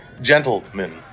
gentlemen